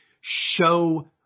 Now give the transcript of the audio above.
show